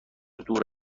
دور